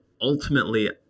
ultimately